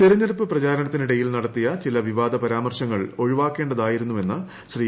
തെരഞ്ഞെടുപ്പ് പ്രചാരണത്തിനിട്ടെയിൽ നടത്തിയ ചില വിവാദ പരാമർശങ്ങൾ ഒഴിവാക്കേണ്ടതായിരുന്നും എന്ന് ശ്രീ